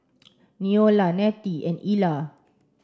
Neola Nettie and Ila